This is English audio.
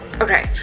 Okay